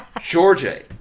Georgia